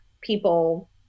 people